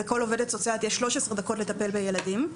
ולכל עובדת סוציאלית יש 13 דקות לטפל בילדים,